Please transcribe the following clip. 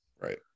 Right